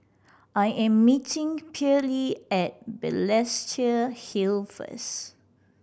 I am meeting Pearley at Balestier Hill first